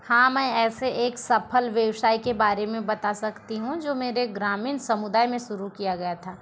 हाँ मैं ऐसे एक सफल व्यवसाय के बारे में बता सकती हूँ जो मेरे ग्रामीण समुदाए में शुरू किया गया था